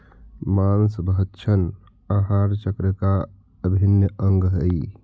माँसभक्षण आहार चक्र का अभिन्न अंग हई